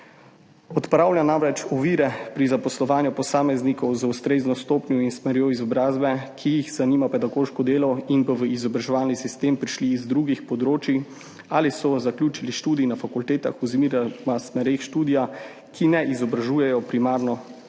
Odpravlja namreč ovire pri zaposlovanju posameznikov z ustrezno stopnjo in smerjo izobrazbe, ki jih zanima pedagoško delo in so v izobraževalni sistem prišli z drugih področij ali so zaključili študij na fakultetah oziroma smereh študija, ki ne izobražujejo primarno